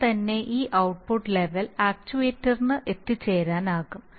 ഉടൻ തന്നെ ഈ ഔട്ട്പുട്ട് ലെവൽ ആക്ച്യുവേറ്റിന് എത്തിച്ചേരാനാകും